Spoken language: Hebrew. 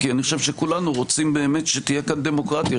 כי אני חושב שכולנו רוצים שתהיה כאן דמוקרטיה,